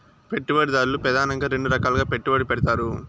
పెట్టుబడిదారులు ప్రెదానంగా రెండు రకాలుగా పెట్టుబడి పెడతారు